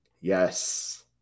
Yes